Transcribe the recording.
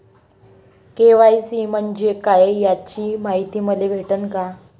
KYC म्हंजे काय याची मायती मले भेटन का?